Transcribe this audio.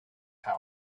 house